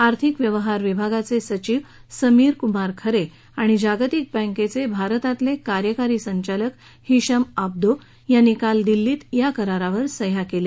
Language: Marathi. आर्थिक व्यवहार विभागाचे सचीव समीर कुमार खरे आणि जागतिक बँकेचे भारतातले कार्यकारी संचालक हिशम आब्दो यांनी काल दिल्लीत या करारावर सह्या केल्या